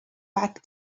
back